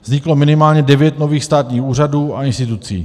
Vzniklo minimálně devět nových státních úřadů a institucí.